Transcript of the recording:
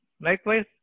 Likewise